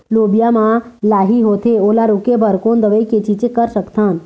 लोबिया मा लाही होथे ओला रोके बर कोन दवई के छीचें कर सकथन?